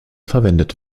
verwendet